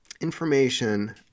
information